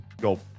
go